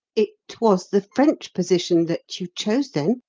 it was the french position that you chose, then?